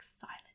silent